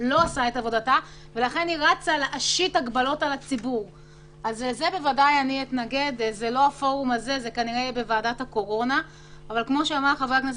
תודה רבה,